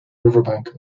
riverbank